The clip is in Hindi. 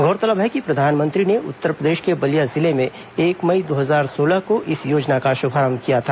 गौरतलब है कि प्रधानमंत्री ने उत्तरप्रदेश के बलिया जिले में एक मई दो हजार सोलह को इस योजना का शुभारंभ किया था